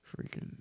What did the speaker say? Freaking